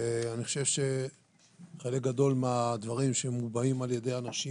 ואני חושב שחלק גדול מהדברים שמובעים על-ידי אנשים